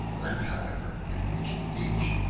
when however it reached the beach,